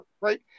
right